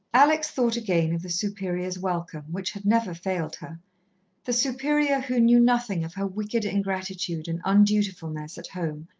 alex thought again of the superior's welcome, which had never failed her the superior who knew nothing of her wicked ingratitude and undutifulness at home,